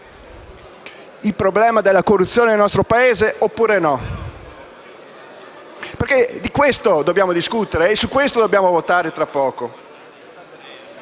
il problema della corruzione nel nostro Paese oppure no? Di questo dobbiamo discutere e su questo dobbiamo votare tra poco.